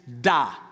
da